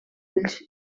ulls